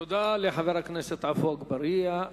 תודה לחבר הכנסת עפו אגבאריה.